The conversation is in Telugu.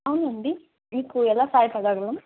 అవునండి మీకు ఎలా సహాయపడగలను